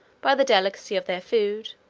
by the delicacy of their food,